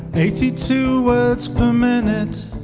eighty two words per minute